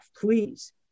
please